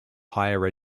higher